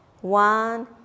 one